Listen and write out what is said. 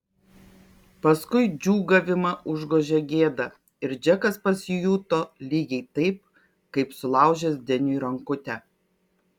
paskui džiūgavimą užgožė gėda ir džekas pasijuto lygiai taip kaip sulaužęs deniui rankutę